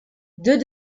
deux